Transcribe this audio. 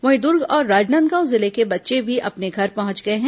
वहीं दुर्ग और राजनांदगांव जिले के बच्चे भी अपने घर पहुंच गए हैं